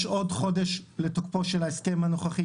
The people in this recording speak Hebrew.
יש עוד חודש לתוקפו של ההסכם הנוכחי